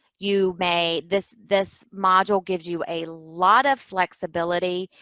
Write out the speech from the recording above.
you may this this module gives you a lot of flexibility.